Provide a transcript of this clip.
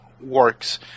works